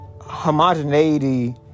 homogeneity